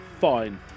Fine